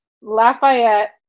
Lafayette